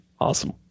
Awesome